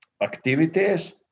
activities